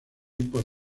por